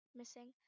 missing